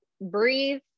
breathe